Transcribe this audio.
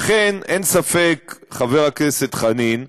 לכן, אין ספק, חבר הכנסת חנין,